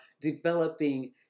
developing